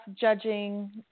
judging